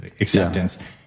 acceptance